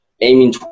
aiming